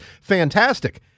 fantastic